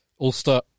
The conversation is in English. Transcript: Ulster